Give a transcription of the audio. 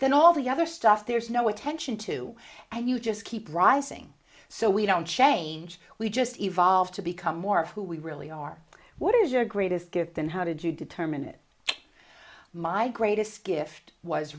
than all the other stuff there's no attention to and you just keep rising so we don't change we just evolve to become more of who we really are what is your greatest gift and how did you determine it my greatest gift was